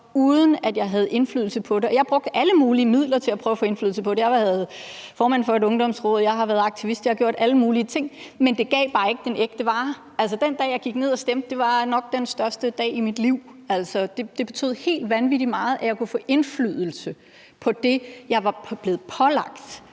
uden at jeg havde indflydelse på det. Og jeg brugte alle mulige midler til at prøve at få indflydelse på det. Jeg har været formand for et ungdomsråd, jeg har været aktivist, og jeg har gjort alle mulige ting, men det gav bare ikke den ægte vare. Altså, den dag, jeg gik ned og stemte, var nok den største dag i mit liv. Det betød helt vanvittig meget, at jeg kunne få indflydelse på det, jeg var blevet pålagt